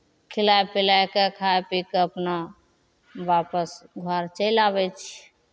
खिलाए पिलाए कऽ खाए पी के अपना वापस घर चलि आबै छी